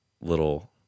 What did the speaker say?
little